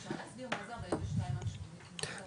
אפשר להסביר מה זה 42%- 80%?